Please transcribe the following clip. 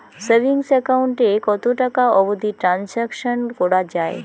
Savings account এ কতো টাকা অবধি ট্রানসাকশান করা য়ায়?